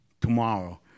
tomorrow